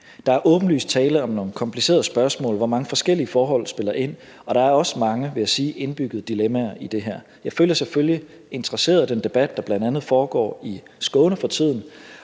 Der er åbenlyst tale om nogle komplicerede spørgsmål, hvor mange forskellige forhold spiller ind, og der er også mange, vil jeg sige, indbyggede dilemmaer i det her. Jeg følger selvfølgelig interesseret den debat, der bl.a. foregår i Skåne for tiden,